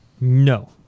No